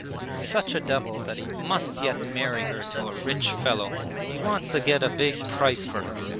but he's such a devil that he must yet marry her to a rich fellow. he wants to get a big price for her.